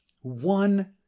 one